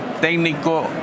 técnico